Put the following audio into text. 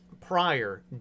prior